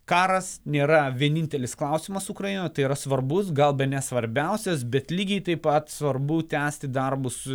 karas nėra vienintelis klausimas ukrainoj tai yra svarbus gal bene svarbiausias bet lygiai taip pat svarbu tęsti darbus